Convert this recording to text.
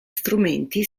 strumenti